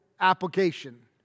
application